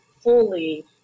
fully